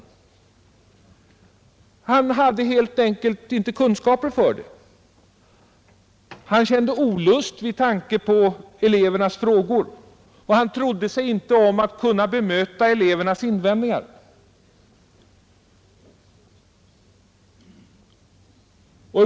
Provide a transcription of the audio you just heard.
Biologiläraren hade helt enkelt inte kunskaper för det — han kände olust vid tanken på elevernas frågor, och han trodde sig inte om att kunna bemöta elevernas invändningar.